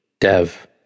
Dev